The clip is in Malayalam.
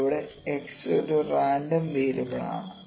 ഇവിടെ 'x' ഒരു റാൻഡം വേരിയബിൾ ആണ്